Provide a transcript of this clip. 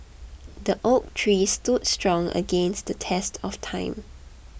the oak tree stood strong against the test of time